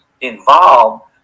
Involved